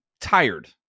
tired